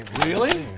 really?